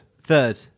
Third